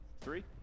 three